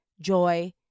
joy